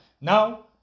Now